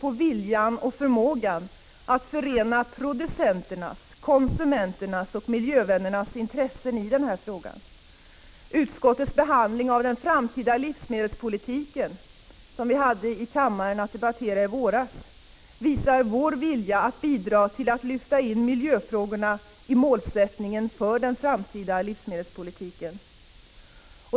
Vår grundsyn är att vi tror både på producenternas, konsumenternas och miljövännernas förmåga att förena sina intressen i denna fråga och på deras vilja att göra detta. Utskottets behandling av den framtida livsmedelspolitiken, som vi debatterade i kammaren i våras, visar vår vilja att bidra till att lyfta in miljöfrågorna i målsättningen för den framtida livsmedelspolitiken.